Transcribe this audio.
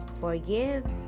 forgive